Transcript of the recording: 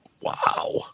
Wow